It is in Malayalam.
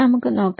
നമുക്ക് നോക്കാം